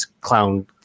clown